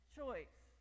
choice